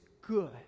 good